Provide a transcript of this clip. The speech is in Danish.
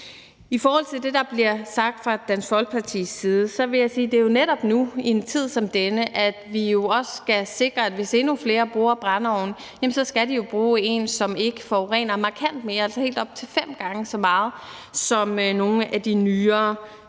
I forhold til det, der bliver sagt fra Dansk Folkepartis side, vil jeg sige, at det netop er i en tid som denne, at vi også skal sikre, hvis der er endnu flere, der bruger en brændeovn, at de ikke bruger en, der forurener markant mere – altså helt op til fem gange mere end nogle af de nyere